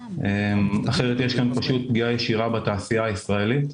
אחרת יש פה פגיעה ישירה בתעשייה הישראלית.